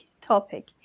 topic